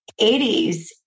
80s